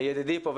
ידידי פה,